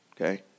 Okay